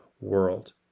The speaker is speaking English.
world